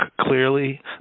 clearly